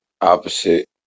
opposite